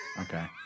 Okay